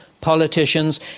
politicians